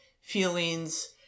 feelings